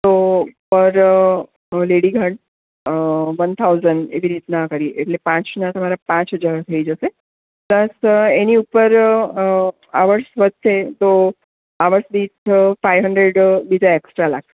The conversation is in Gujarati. તો પર લેડી ગાર્ડ વન થાઉસન્ડ એવી રીતના કરીએ એટલે પાંચના તમારા પાંચ હજાર થઈ જશે પ્લસ એની ઉપર આ વર્ષ વધશે તો આ વર્ષ ફાઇવ હંડરેડ બીજા એકસ્ટ્રા લાગશે